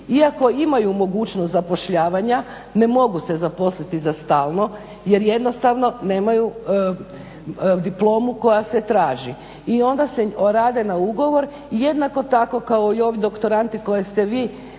iako imaju mogućnost zapošljavanja ne mogu se zaposliti za stalno jer jednostavno nemaju diplomu koja se traži. I onda rade na ugovor i jednako tako kao i ovi doktoranti koje ste vi